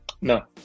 no